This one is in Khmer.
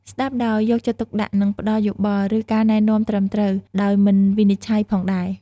ស្ដាប់ដោយយកចិត្តទុកដាក់ និងផ្ដល់យោបល់ ឬការណែនាំត្រឹមត្រូវ ដោយមិនវិនិច្ឆ័យផងដែរ ។